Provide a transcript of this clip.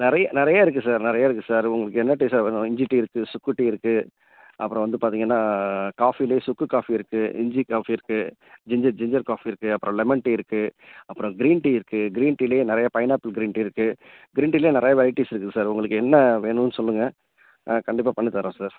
நிறைய நிறைய இருக்கு சார் நிறைய இருக்கு சார் உங்களுக்கு என்ன டீ சார் வேணும் இஞ்சி டீ இருக்கு சுக்கு டீ இருக்கு அப்புறம் வந்து பார்த்தீங்கன்னா காஃபிலையே சுக்கு காஃபி இருக்கு இஞ்சி காஃபி இருக்கு ஜிஞ்சர் ஜிஞ்சர் காஃபி இருக்கு அப்புறம் லெமன் டீ இருக்கு அப்புறம் க்ரீன் டீ இருக்கு க்ரீன் டீலையே நிறைய பைனாப்பிள் க்ரீன் டீ இருக்கு க்ரீன் டீலையே நிறைய வெரைட்டிஸ் இருக்கு சார் உங்களுக்கு என்ன வேணுன்னு சொல்லுங்கள் கண்டிப்பாக பண்ணி தர்றோம் சார்